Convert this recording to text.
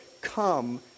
come